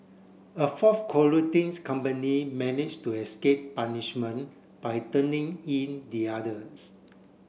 a fourth colluding's company manage to escape punishment by turning in the others